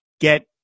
get